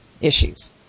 issues